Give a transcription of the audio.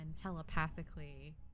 telepathically